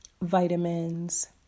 vitamins